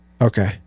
Okay